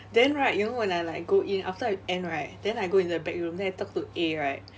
then right you know when I like like go in after I end right then I go into the backroom then I talk to A right